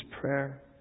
prayer